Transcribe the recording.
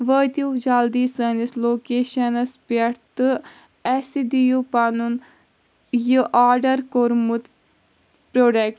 وٲتِو جلدی سٲنِس لوکیشنس پٮ۪ٹھ تہٕ اسہِ دِیِو پنُن یہِ آرڈر کوٚرمُت پروڈیٚکٹ